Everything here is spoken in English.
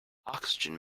oxygen